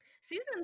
season